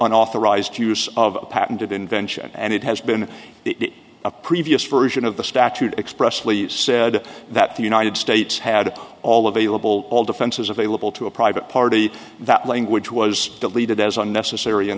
unauthorized use of patented invention and it has been the previous version of the statute expressly said that the united states had all available all defenses available to a private party that language was deleted as unnecessary in